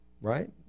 right